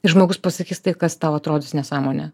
ir žmogus pasakys tai kas tau atrodys nesąmonė